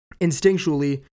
instinctually